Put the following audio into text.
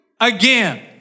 again